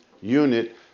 unit